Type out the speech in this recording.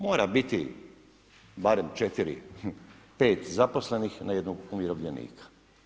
Mora biti barem 4-5 zaposlenih na jednog umirovljenika.